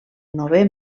novè